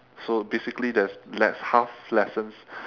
so basically there's le~ half lessons